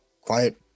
quiet